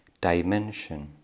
dimension